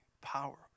power